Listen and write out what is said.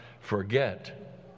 forget